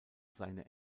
seine